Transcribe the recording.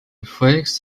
flakes